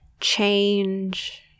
change